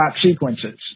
sequences